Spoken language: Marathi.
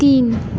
तीन